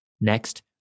Next